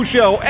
Show